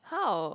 how